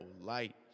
light